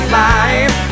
life